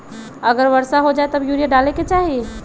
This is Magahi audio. अगर वर्षा हो जाए तब यूरिया डाले के चाहि?